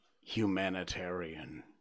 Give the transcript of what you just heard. humanitarian